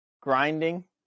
grinding